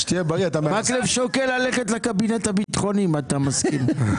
מקלב שוקל ללכת לקבינט הביטחוני, אם אתה מסכים.